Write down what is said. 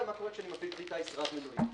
מה קורה כשאני מפעיל כלי טיס רב מנועי.